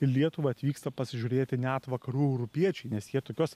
į lietuvą atvyksta pasižiūrėti net vakarų europiečiai nes jie tokios